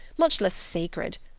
much less sacred.